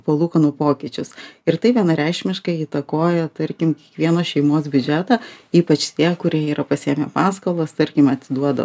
palūkanų pokyčius ir tai vienareikšmiškai įtakoja tarkim vienos šeimos biudžetą ypač tie kurie yra pasiėmę paskolas tarkim atiduoda